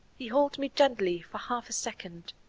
he held me gently for half a second,